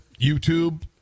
YouTube